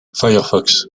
firefox